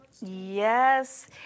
yes